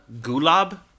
Gulab